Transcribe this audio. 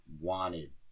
wanted